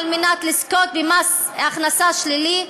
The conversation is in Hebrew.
כדי לזכות במס הכנסה שלילי,